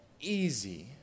easy